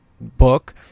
book